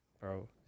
Bro